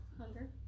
Hunger